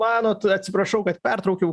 manot atsiprašau kad pertraukiau